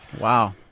Wow